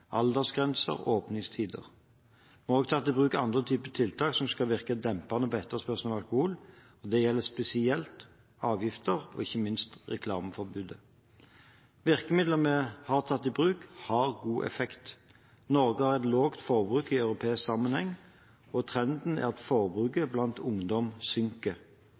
og åpningstider. Vi har også tatt i bruk andre typer tiltak som skal virke dempende på etterspørselen etter alkohol. Dette gjelder spesielt avgifter og ikke minst reklameforbudet. Virkemidlene vi har tatt i bruk, har god effekt. Norge har et lavt forbruk i europeisk sammenheng, og trenden er at forbruket blant ungdom synker.